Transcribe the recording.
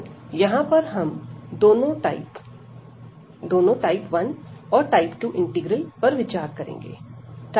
तो यहां पर हम दोनों टाइप 1 इंटीग्रल और टाइप 2 इंटीग्रल पर विचार करेंगे